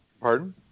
pardon